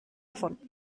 davon